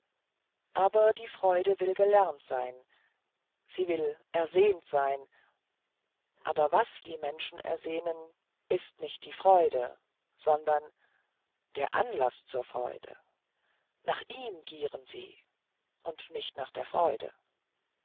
aber die freude will gelernt sein sie will ersehnt sein aber was die menschen ersehnen ist nicht die freude sondern der anlaß zur freude nach ihm gieren sie und nicht nach der freude